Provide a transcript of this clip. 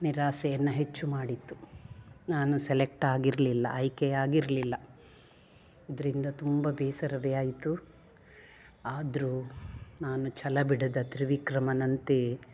ನಿರಾಸೆಯನ್ನು ಹೆಚ್ಚು ಮಾಡಿತ್ತು ನಾನು ಸೆಲೆಕ್ಟ್ ಆಗಿರಲಿಲ್ಲ ಆಯ್ಕೆ ಆಗಿರಲಿಲ್ಲ ಇದರಿಂದ ತುಂಬ ಬೇಸರವೇ ಆಯಿತು ಆದರು ನಾನು ಛಲ ಬಿಡದ ತ್ರಿವಿಕ್ರಮನಂತೆ